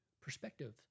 perspective